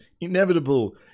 Inevitable